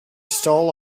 stole